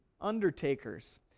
undertakers